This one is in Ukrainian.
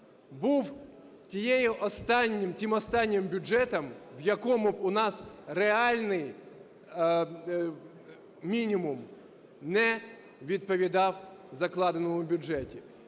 був тим останнім бюджетом, в якому у нас реальний мінімум не відповідав закладеному в бюджеті,